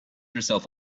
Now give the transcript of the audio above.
herself